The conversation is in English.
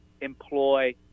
employ